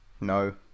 No